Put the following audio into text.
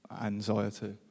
anxiety